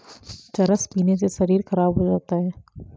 चरस पीने से शरीर खराब हो जाता है